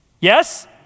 Yes